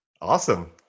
Awesome